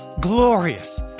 glorious